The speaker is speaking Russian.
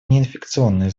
неинфекционные